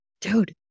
Dude